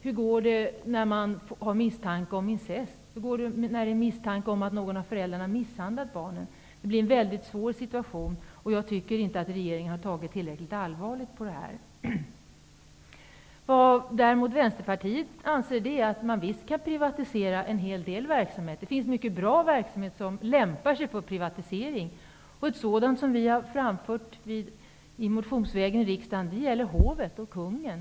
Hur går det när det finns misstanke om incest? Hur går det om det finns misstanke om att någon av föräldrarna misshandlar barnen? Det blir en väldigt svår situation. Regeringen har inte tagit detta tillräckligt allvarligt. Vänsterpartiet anser däremot att man visst kan privatisera en hel del verksamhet. Det finns mycket bra verksamheter som lämpar sig för privatisering. En sådan som vi har framfört förslag om motionsvägen i riksdagen gäller hovet och kungen.